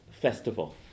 festival